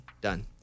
done